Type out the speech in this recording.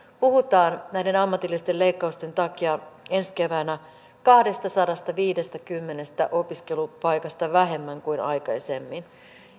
puhutaan näiden ammatillisten leikkausten takia ensi keväänä kahdestasadastaviidestäkymmenestä opiskelupaikasta vähemmän kuin aikaisemmin